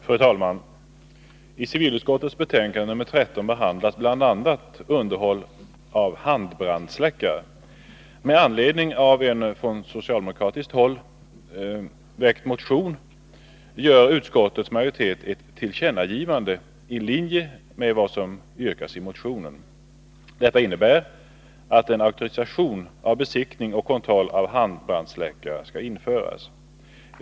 Fru talman! I civilutskottets betänkande nr 13 behandlas bl.a. frågan om underhåll av handbrandsläckare. Med anledning av en från socialdemokratiskt håll väckt motion föreslår utskottets majoritet ett tillkännagivande från riksdagens sida i linje med vad som yrkas i motionen. Detta innebär att en auktorisation för besiktning och kontroll av handbrandsläckare införs.